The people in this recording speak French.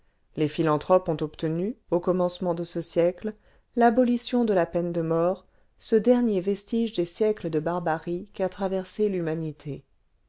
les philanthropes ont obtenu au commencement de ce siècle l'abolition de la peine de mort ce dernier vestige des siècles de barbarie qu'a traversés l'humanité